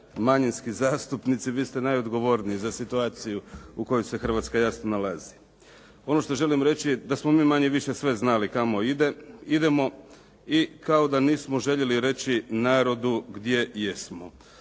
manjinski zastupnici, vi ste najodgovorniji za situaciju u kojoj se Hrvatska jasno nalazi. Ono što želim reći je da smo mi manje-više sve znali kamo idemo i kao da nismo željeli reći narodu gdje jesmo.